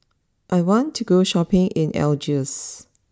I want to go Shopping in Algiers